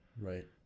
right